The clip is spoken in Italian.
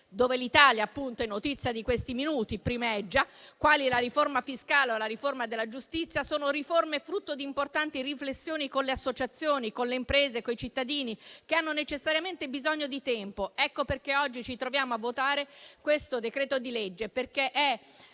cui l'Italia - è notizia di questi minuti - primeggia, quali la riforma fiscale o la riforma della giustizia, sono frutto di importanti riflessioni con le associazioni, con le imprese e con i cittadini, che hanno necessariamente bisogno di tempo. Ecco perché oggi ci troviamo a votare questo decreto-legge, perché è